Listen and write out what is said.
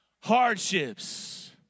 Hardships